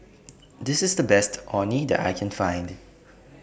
This IS The Best Orh Nee that I Can Find